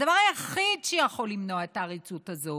הדבר היחיד שיכול למנוע את העריצות הזאת